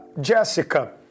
Jessica